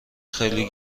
خیلی